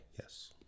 Yes